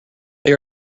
they